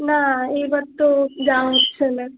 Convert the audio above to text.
না এইবার তো যাওয়া হচ্ছে না